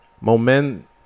moment